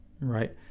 right